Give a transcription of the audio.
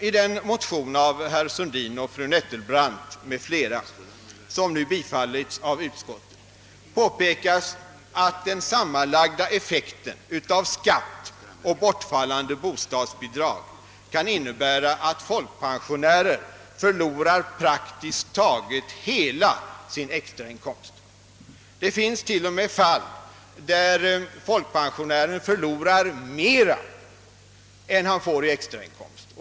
I den motion av herr Sundin och fru Nettelbrandt m.fl. som nu tillstyrkts av utskottet påpekas att den sammanlagda effekten av skatt och bortfallande bostadsbidrag kan innebära att folkpensionärer förlorar praktiskt taget hela sin extrainkomst. I vissa fall förlorar folkpensionären till och med mera än han får i extrainkomst.